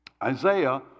Isaiah